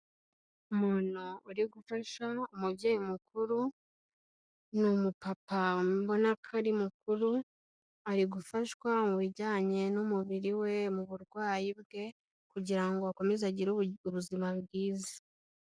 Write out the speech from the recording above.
Umuntu uri gufasha umubyeyi mukuru, ni umupapa mbona ko ari mukuru, ari gufashwa mu bijyanye n'umubiri we mu burwayi bwe kugira ngo akomeze agire ubuzima bwiza.